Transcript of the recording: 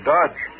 Dodge